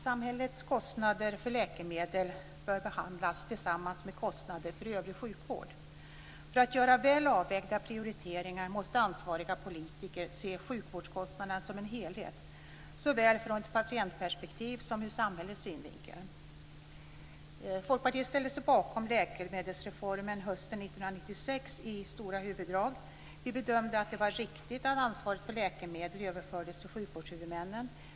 Samhällets kostnader för läkemedel bör behandlas tillsammans med kostnader för övrig sjukvård. För att göra väl avvägda prioriteringar måste ansvariga politiker se sjukvårdskostnaderna som en helhet, såväl från ett patientperspektiv som ur samhällets synvinkel. Folkpartiet ställde sig i stora huvuddrag bakom läkemedelsreformen hösten 1996. Vi bedömde att det var riktigt att ansvaret för läkemedlen överfördes till sjukvårdshuvudmännen.